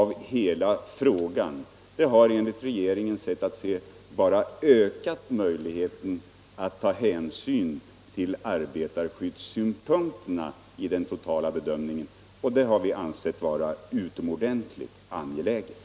Detta har enligt regeringens sätt att se bara ökat möjligheterna att ta hänsyn till arbetarskyddssynpunkterna vid den totala bedömningen, och det har vi ansett vara utomordentligt angeläget.